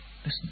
listen